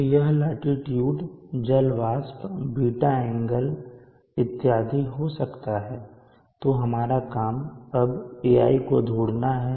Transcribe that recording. तो यह लाटीट्यूड जल वाष्प बीटा एंगल इत्यादि हो सकता है तो हमारा काम अब A i को ढूंढना है